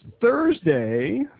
Thursday